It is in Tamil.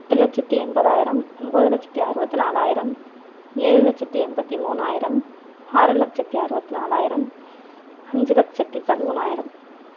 எட்டு லட்சத்தி எண்பதாயிரம் ஒம்பது லட்சத்தி அறுபத்தி நாலாயிரம் ஏழு லட்சத்தி எண்பத்தி மூணாயிரம் ஆறு லட்சத்தி அறுபத்தி நாலாயிரம் அஞ்சு லட்சத்தி பதிமூணாயிரம்